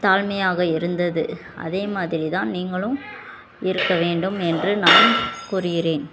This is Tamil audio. தாழ்மையாக இருந்தது அதே மாதிரி தான் நீங்களும் இருக்க வேண்டும் என்று நான் கூறுகிறேன்